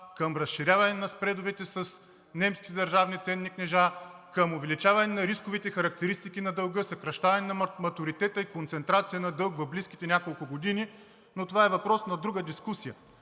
към разширяване на спредовете с немски държавни ценни книжа, към увеличаване на рисковите характеристики на дълга, съкращаване на матуритета и концентрация на дълг в близките няколко години, но това е въпрос на друга дискусия.